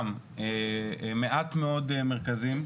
גם, מעט מאד מרכזים.